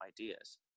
ideas